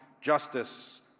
justice